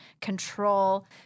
control